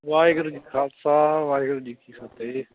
ਵਾਹਿਗੁਰੂ ਜੀ ਕਾ ਖਾਲਸਾ ਵਾਹਿਗੁਰੂ ਜੀ ਕੀ ਫਤਿਹ